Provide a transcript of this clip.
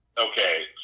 Okay